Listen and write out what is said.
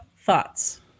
thoughts